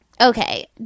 Okay